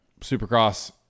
Supercross